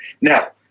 Now